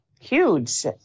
Huge